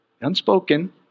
Unspoken